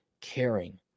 caring